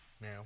now